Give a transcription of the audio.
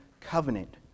covenant